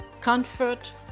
comfort